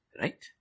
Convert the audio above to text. Right